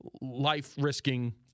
life-risking